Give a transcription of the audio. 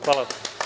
Hvala.